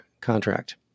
contract